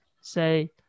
say